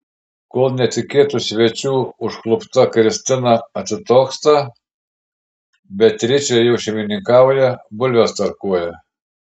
kol netikėtų svečių užklupta kristina atitoksta beatričė jau šeimininkauja bulves tarkuoja